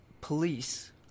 police